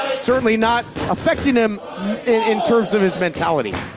certainly not effecting him in in terms of his mentality.